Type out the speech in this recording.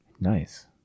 Nice